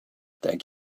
thank